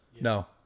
No